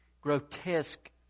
grotesque